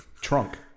trunk